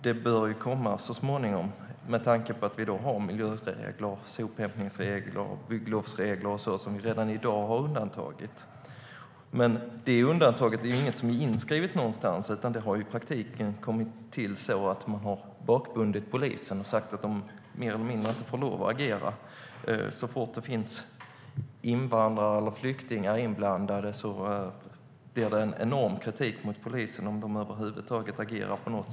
Den bör väl komma så småningom med tanke på att vi redan gör undantag från miljöregler, sophämtningsregler, bygglovsregler och så vidare. Dessa undantag står inte inskrivna någonstans utan har i praktiken kommit till genom att man har bakbundit polisen och mer eller mindre sagt att de inte får lov att agera. Så fort det är invandrare och flyktingar inblandade blir det en enorm kritik mot polisen om de över huvud taget agerar.